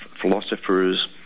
philosophers